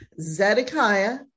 Zedekiah